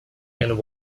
and